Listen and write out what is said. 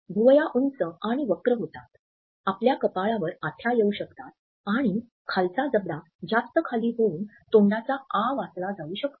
भुवया उंच आणि वक्र होतात आपल्या कपाळावर आठ्या येवू शकतात आणि खालचा जबडा जास्त खाली होऊन तोंडाचा आ वासला जाऊ शकतो